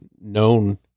known